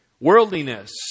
Worldliness